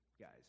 guys